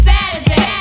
Saturday